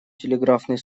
телеграфный